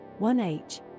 1h